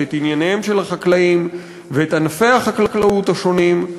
את ענייניהם של החקלאים ואת ענפי החקלאות השונים,